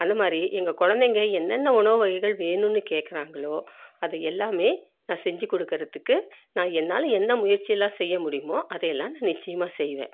அந்த மாதிரி எங்கள் கொழந்தைங்க என்னென்ன உணவு வகைகள் வேணும்னு கேட்குறாங்களோ அது எல்லாமே நான் செஞ்சு கொடுக்கிறதுக்கு நான் என்னால் எந்த முயற்சிலாம் செய்ய முடியுமோ அதையெல்லாம் நான் நிச்சயமாக செய்வேன்